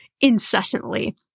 incessantly